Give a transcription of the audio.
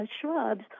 shrubs